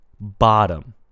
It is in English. bottom